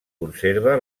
conserva